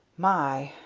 my!